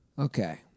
Okay